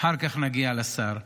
אחר כך נגיע לשר,